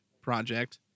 Project